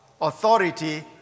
Authority